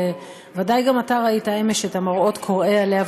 ודאי גם אתה ראית אמש את המראות קורעי הלב,